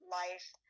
life